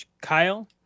Kyle